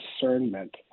discernment